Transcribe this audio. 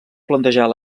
planejar